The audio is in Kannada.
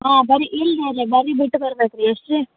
ಹಾಂ ಬರೀ ಇಲ್ಲಿ ಬರೀ ಬಿಟ್ಟು ಬರ್ಬೆಕ್ರೀ ಎಷ್ಟು ರೀ